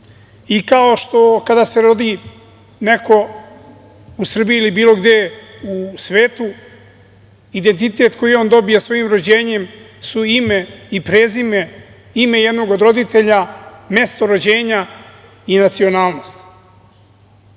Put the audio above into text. i kada se rodi neko u Srbiji ili bili gde u svetu identitet koji on dobije svojim rođenjem su ime i prezime, ime jednog od roditelja, mesto rođenja i nacionalnost. Nacionalnost